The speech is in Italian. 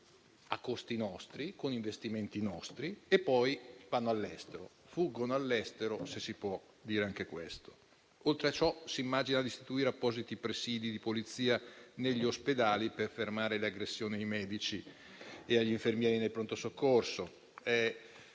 costi nostri e investimenti nostri, e poi vanno all'estero (fuggono, se si può dire anche questo). Oltre a ciò, si immagina di istituire appositi presidi di polizia negli ospedali per fermare le aggressioni ai medici e agli infermieri nei pronto soccorso.